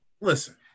listen